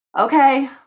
okay